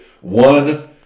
One